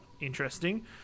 interesting